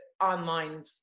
online